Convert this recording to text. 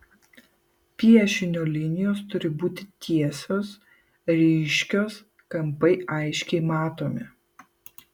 piešinio linijos turi būti tiesios ryškios kampai aiškiai matomi